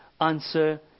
answer